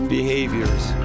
Behaviors